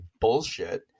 bullshit